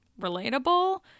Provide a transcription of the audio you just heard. relatable